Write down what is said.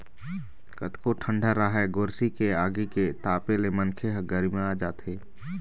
कतको ठंडा राहय गोरसी के आगी के तापे ले मनखे ह गरमिया जाथे